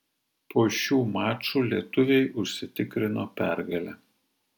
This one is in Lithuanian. po šių mačų lietuviai užsitikrino pergalę